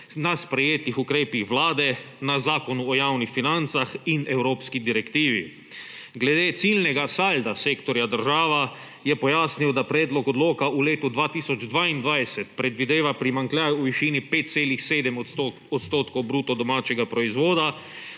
na sprejetih ukrepih Vlade, na Zakonu o javnih financah in na evropski direktivi. Glede ciljnega salda sektorja država je pojasnil, da predlog odloka v letu 2022 predvideva primanjkljaj v višini 5,7 % bruto domačega proizvoda,